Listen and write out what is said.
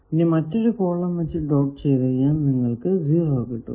ഇനി മറ്റൊരു കോളം വച്ച് ഡോട്ട് ചെയ്താൽ നിങ്ങൾക്കു 0 കിട്ടും